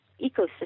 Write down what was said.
ecosystem